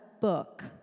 book